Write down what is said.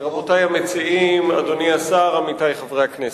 רבותי המציעים, אדוני השר, עמיתי חברי הכנסת.